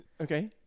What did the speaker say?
Okay